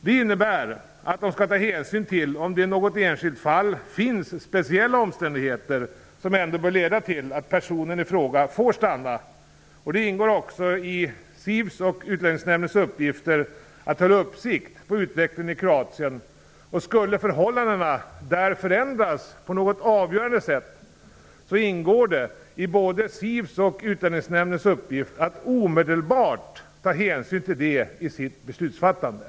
Det innebär att man skall ta hänsyn till om det i något enskilt fall finns speciella omständigheter som ändå bör leda till att personen i fråga får stanna. Det ingår också i SIV:s och Utlänningsnämndens uppgifter att hålla uppsikt över utvecklingen i Kroatien. Om förhållandena där skulle förändras på något avgörande sätt ingår det i både SIV:s och Utlänningsnämndens uppgifter att omedelbart ta hänsyn till det i sitt beslutsfattande.